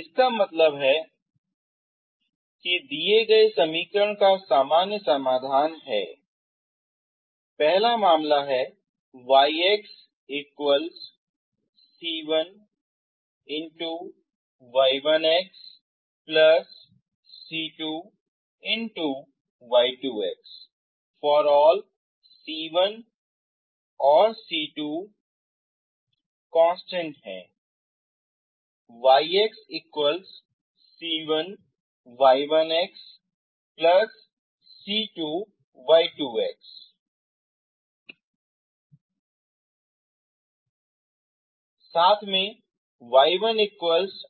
इसका मतलब है कि दिए गए समीकरण का सामान्य समाधान है यानी पहला मामला है साथ में तो पहले